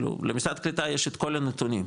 למשרד הקליטה יש את כל הנתונים,